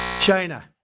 china